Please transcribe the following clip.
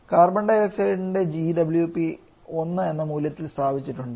carbon ഡൈ ഓക്സൈഡിന്റെ GWP 1 എന്ന മൂല്യത്തിലേക്ക് സ്ഥാപിച്ചിട്ടുണ്ട്